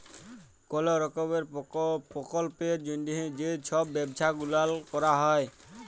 call রকমের পরকল্পের জ্যনহে যে ছব ব্যবছা গুলাল ক্যরা হ্যয়